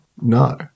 No